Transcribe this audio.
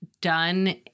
done